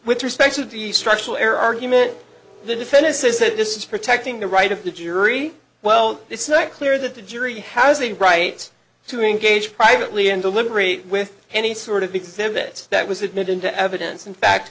with respect to do you structural error argument the defendant says that this is protecting the right of the jury well it's not clear that the jury has the right to engage privately in deliberate with any sort of exhibit that was admitted into evidence in fact